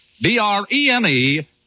D-R-E-N-E